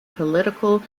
political